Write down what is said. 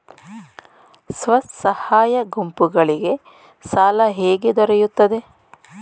ಸ್ವಸಹಾಯ ಗುಂಪುಗಳಿಗೆ ಸಾಲ ಹೇಗೆ ದೊರೆಯುತ್ತದೆ?